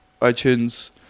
iTunes